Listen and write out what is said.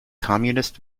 communist